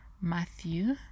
Matthew